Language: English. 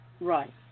Right